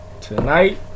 Tonight